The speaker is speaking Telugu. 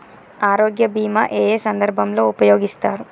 ఆరోగ్య బీమా ఏ ఏ సందర్భంలో ఉపయోగిస్తారు?